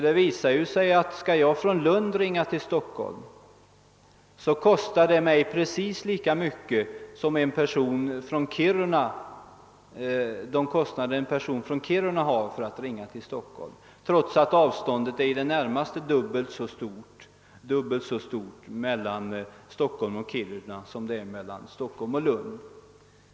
Det visar sig nämligen att, om jag från Lund skall ringa till Stockholm, kostar det mig precis lika mycket som det kostar för en person i Kiruna att ringa till Stockholm, trots att avståndet är i det närmaste dubbelt så stort mellan Stockholm och Kiruna som det är mellan Stockholm och Lund.